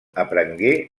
aprengué